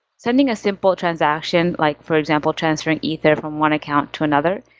sending a simple transaction, like for example transferring ether from one account to another,